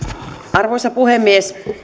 arvoisa puhemies